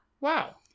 Wow